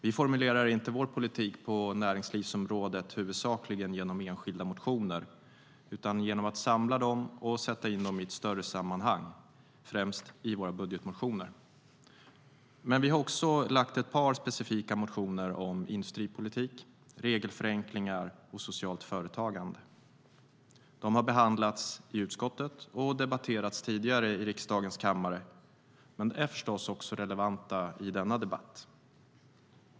Vi formulerar inte vår politik på näringslivsområdet huvudsakligen genom enskilda motioner, utan genom att samla dem och sätta in dem i ett större sammanhang, främst i våra budgetmotioner. Men vi har också väckt ett par specifika motioner om industripolitik, regelförenklingar och socialt företagande. De har behandlats i utskottet och debatterats tidigare i riksdagens kammare, men de är förstås också relevanta i denna debatt.